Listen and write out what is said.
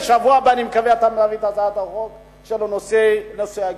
אני מקווה שבשבוע הבא אתה מביא את הצעת החוק בנושא הגיור.